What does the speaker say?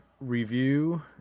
review